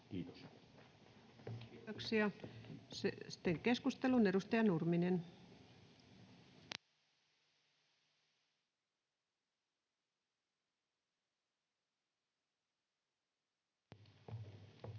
Content: Kiitoksia. — Sitten keskusteluun. Edustaja Nurminen. [Speech